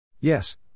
Yes